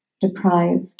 deprived